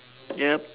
yup